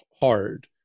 hard